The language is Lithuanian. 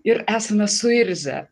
ir esame suirzę